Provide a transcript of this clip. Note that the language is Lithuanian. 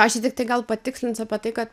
aš čia tiktai gal patikslinsiu apie tai kad